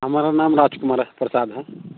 हमारा नाम राज कुमार प्रसाद है